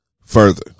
further